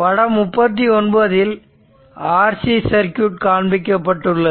படம் 39 இல் RC circuit காண்பிக்கப்பட்டுள்ளது